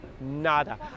nada